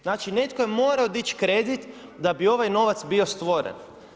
Znači, netko je morao dići kredit da bi ovaj novac bio stvoren.